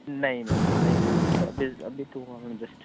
नहीं मैम नहीं हुए अभी तो अभी अभी तो हुआ मैडम जस्ट